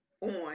on